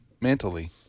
mentally